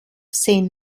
saint